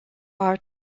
are